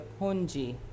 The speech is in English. Punji